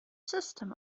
system